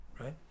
right